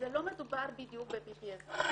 לא מדובר בדיוק ב-PTSD,